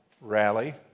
rally